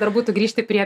dar būtų grįžti prie